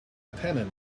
attendant